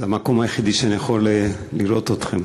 זה המקום היחידי שאני יכול לראות אתכם.